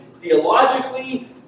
theologically